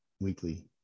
weekly